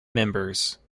members